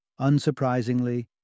unsurprisingly